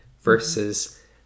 versus